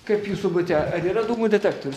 kaip jūsų bute ar yra dūmų detektorius